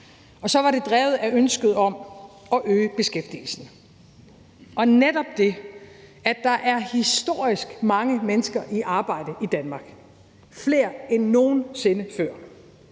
og så var det drevet af ønsket om at øge beskæftigelsen. Og netop det, at der er historisk mange mennesker i arbejde i Danmark, flere end nogen sinde før,